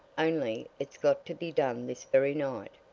only it's got to be done this very night,